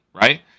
right